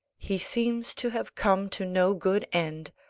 he seems to have come to no good end,